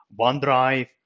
OneDrive